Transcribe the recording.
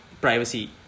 privacy